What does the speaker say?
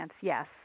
yes